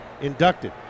inducted